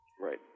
Right